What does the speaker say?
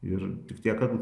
ir tik tiek kad